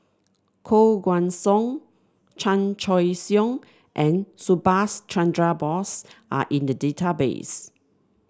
Koh Guan Song Chan Choy Siong and Subhas Chandra Bose are in the database